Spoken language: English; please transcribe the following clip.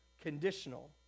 conditional